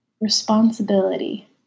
responsibility